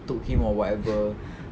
took him or whatever